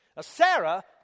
Sarah